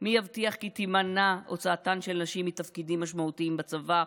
מי יבטיח כי תימנע הוצאתן של נשים מתפקידים משמעותיים בצבא,